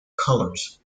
colours